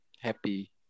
happy